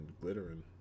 glittering